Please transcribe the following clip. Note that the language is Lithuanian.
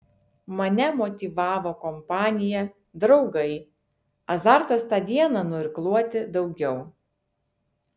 mane motyvavo kompanija draugai azartas tą dieną nuirkluoti daugiau